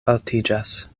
altiĝas